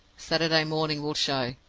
saturday morning will show.